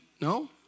No